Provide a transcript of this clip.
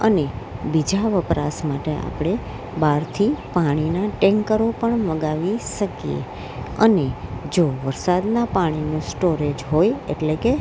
અને બીજા વપરાશ માટે આપણે બારથી પાણીના ટેન્કરો પણ મંગાવી શકીએ અને જો વરસાદના પાણીનું સ્ટોરેજ હોય એટલે કે